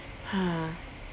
ha